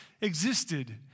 existed